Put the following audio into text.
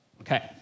Okay